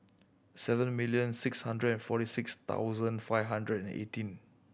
seven million six hundred and forty six thousand five hundred and eighteen